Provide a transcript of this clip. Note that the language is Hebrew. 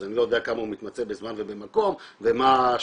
אז אני לא יודע כמה הוא מתמצא בזמן ובמקום ומה ההשפעות